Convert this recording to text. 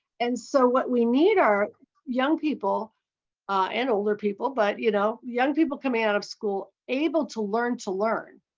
and so what we need are young people and older people but you know young people coming out of school able to learn to learn.